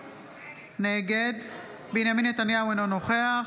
נגד בנימין נתניהו, אינו נוכח